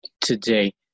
today